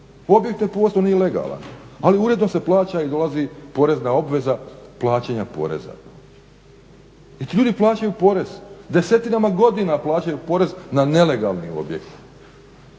Objekt ne postoji, on nije legalan ali uredno se plaća i dolazi porezna obveza plaćanja poreza. I ti ljudi plaćaju porez, desetinama godina plaćaju porez na nelegalni objekt.